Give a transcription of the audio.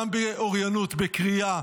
גם באוריינות, בקריאה,